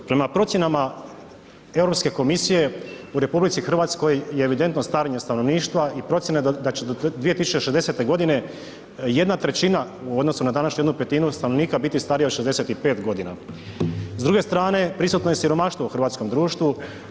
Prema procjenama Europske komisije u RH je evidentno starenje stanovništva i procjena da će do 2060. godine jedna trećina u odnosu na današnju jednu petinu stanovnika biti starija od 65 godina, s druge strane prisutno je siromaštvo u hrvatskom društvu.